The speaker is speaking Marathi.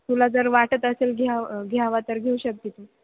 तुला जर वाटत असेल घ्या घ्यावा तर घेऊ शकते तू